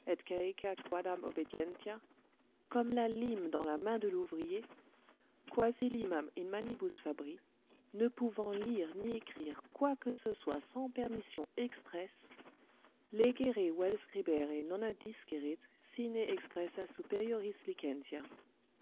obedientia comme la lime dans la main de l'ouvrier quasi limam in manibus fabri ne pouvant lire ni écrire quoi que ce soit sans permission expresse legere vel scribere non addiscerit sine expressa superioris licentia